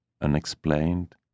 unexplained